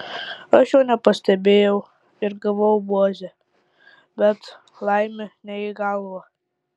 aš jo nepastebėjau ir gavau buože bet laimė ne į galvą